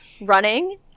running